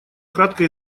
кратко